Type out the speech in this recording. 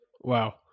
Wow